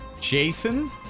Jason